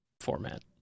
format